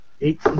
Eight